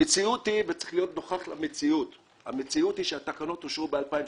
המציאות היא שהתקנות אושרו ב-2016.